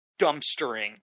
dumpstering